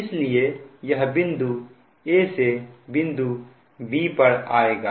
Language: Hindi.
इसलिए यह बिंदु a से बिंदु b पर आएगा